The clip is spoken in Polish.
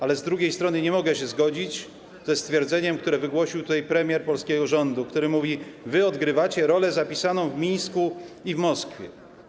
Ale z drugiej strony nie mogę się zgodzić ze stwierdzeniem, które wygłosił premier polskiego rządu, który mówi: odgrywacie rolę zapisaną w Mińsku i w Moskwie.